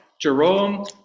Jerome